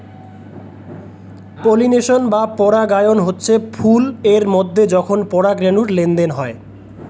pollination বা পরাগায়ন হচ্ছে ফুল এর মধ্যে যখন পরাগ রেণুর লেনদেন হয়